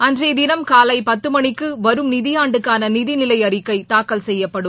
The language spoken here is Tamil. அன்றைய தினம் காலை பத்து மணிக்கு வரும் நிதி ஆண்டுக்கான நிதி நிலை அறிக்கை தாக்கல் செய்யப்படும்